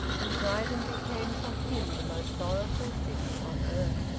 and brighton became for him the most sorrowful city on earth.